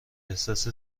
احساس